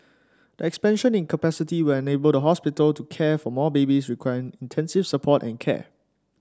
the expansion in capacity will enable the hospital to care for more babies requiring intensive support and care